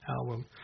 album